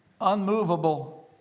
unmovable